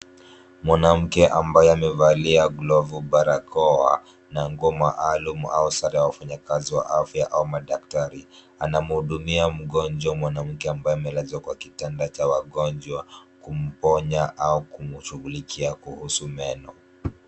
Mwanamke ambaye amevalia glovu, barakoa na nguo maalum au sare ya wafanyikazi wa afya au madaktari, anamhudumia mgonjwa ni mwanamke ambaye amelazwa kwenye kitanda cha wagonjwa kumponya au kumshuighulikia kuhusu meno.